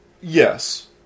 Yes